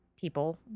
people